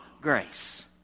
grace